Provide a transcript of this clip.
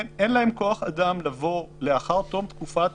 אין להם כוח אדם לבוא לאחר תום תקופת